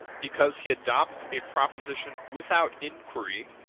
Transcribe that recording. because he adopts a proposition without inquiry.